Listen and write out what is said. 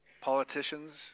politicians